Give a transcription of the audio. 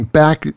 back